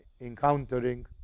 encountering